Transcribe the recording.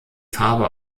farbe